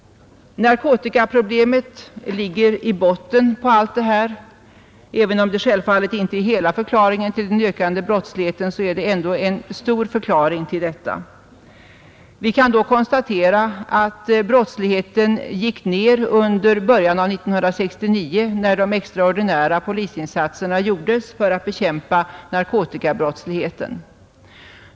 Narkotikaproblemet ligger i botten på allt detta. Även om det självfallet inte är hela förklaringen till den ökande brottsligheten, så är det en stor del av förklaringen. Vi kan då konstatera att brottsligheten gick ner under början av 1969, när de extraordinära polisinsatserna gjordes för att bekämpa narkotikabrottsligheten.